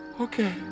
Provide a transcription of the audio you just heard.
okay